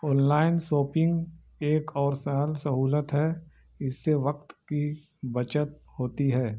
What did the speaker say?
on line shopping ایک اور سل سہولت ہے اس سے وقت کی بچت ہوتی ہے